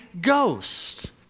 Ghost